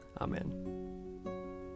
Amen